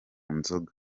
nzoga